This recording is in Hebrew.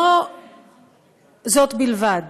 לא זאת בלבד